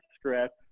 script